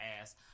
ass